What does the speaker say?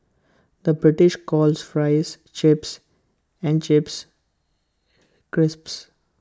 the British calls Fries Chips and Chips Crisps